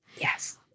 Yes